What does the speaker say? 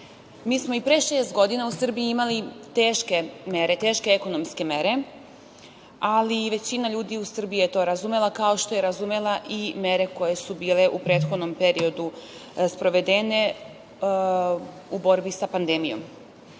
Mi smo i pre šest godina u Srbiji imali teške mere, teške ekonomske mere, ali većina ljudi u Srbiji je to razumela, kao što je razumela i mere koje su bile u prethodnom periodu sprovedene u borbi sa pandemijom. Svedoci